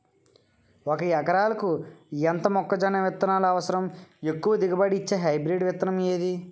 ఒక ఎకరాలకు ఎంత మొక్కజొన్న విత్తనాలు అవసరం? ఎక్కువ దిగుబడి ఇచ్చే హైబ్రిడ్ విత్తనం ఏది?